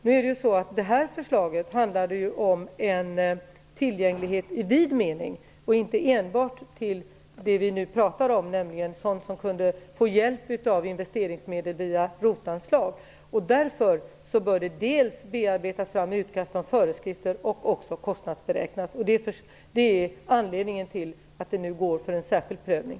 Nu handlar det här förslaget om en tillgänglighet i vid mening, och inte enbart till det vi nu pratar om, nämligen sådant som kunde få hjälp av investeringsmedel via ROT-anslag. Därför bör det dels bearbetas fram i utkast till föreskrifter, dels kostnadsberäknas. Det är anledningen till att det går till en särskild prövning.